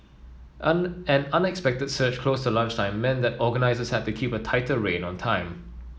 an an unexpected surge close the lunchtime meant that organisers had to keep a tighter rein on time